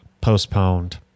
postponed